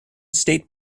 state